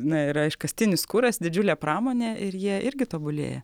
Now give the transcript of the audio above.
na yra iškastinis kuras didžiulė pramonė ir jie irgi tobulėja